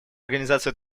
организацию